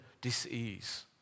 dis-ease